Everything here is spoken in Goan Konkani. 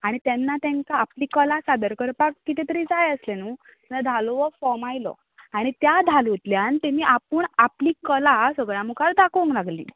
आनी तेन्ना तेंका आपली कला सादर करपाक कितें तरी जाय आसलें न्हू धालो हो फोर्म आयलो आनी त्या धालोंतल्यान तेमी आपूण आपली कला सगळ्यां मुखार दाखोवंक लागलीं